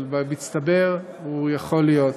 אבל במצטבר הוא יכול להיות,